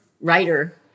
writer